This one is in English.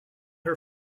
her